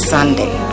Sunday